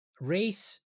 race